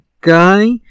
guy